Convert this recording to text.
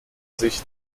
sich